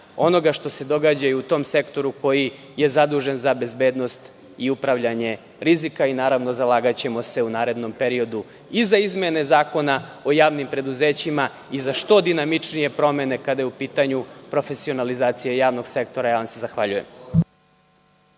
onoga što se događa i u tom sektoru koji je zadužen za bezbednost i upravljanje rizika i zalagaćemo se u narednom periodu i za izmene Zakona o javnim preduzećima i za što dinamičnije promene kada je u pitanju profesionalizacija javnog sektora. Zahvaljujem